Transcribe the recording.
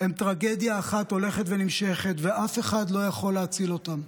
הם טרגדיה אחת הולכת ונמשכת ואף אחד לא יכול להציל אותן.